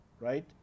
right